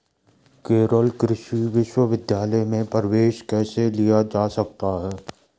केरल कृषि विश्वविद्यालय में प्रवेश कैसे लिया जा सकता है?